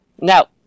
Now